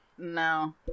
No